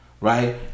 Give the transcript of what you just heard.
Right